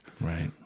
Right